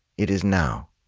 it is now.